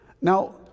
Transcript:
Now